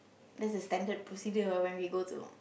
this is standard procedure ah when we go to